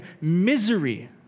misery